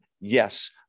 Yes